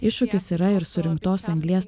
iššūkis yra ir surinktos anglies